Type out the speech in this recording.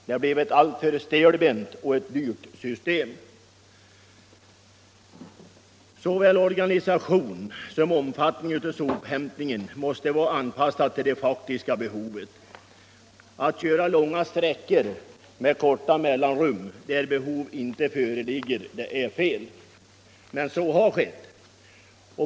Det blev ett alltför stelbent och dyrt system. Såväl organisation som omfattning av sophämtningen måste vara anpassade till det faktiska behovet. Det är fel att ofta köra långa sträckor där behov ej föreligger. Men så har skett.